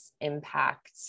impact